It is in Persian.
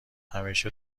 همیشه